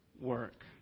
work